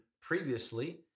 previously